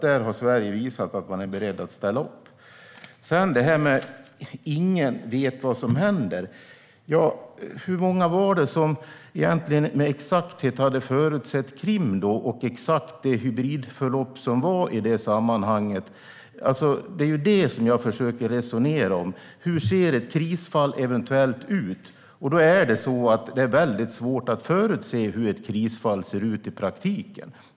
Där har Sverige visat att man är beredd att ställa upp. Sedan gäller det detta med att ingen vet vad som händer. Hur många var det som med exakthet hade förutsett Krim och det hybridförlopp som ägde rum i det sammanhanget? Det är det som jag försöker resonera om. Hur ser ett krisfall eventuellt ut? Det är väldigt svårt att förutse hur ett krisfall ser ut i praktiken.